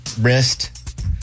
Wrist